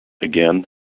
again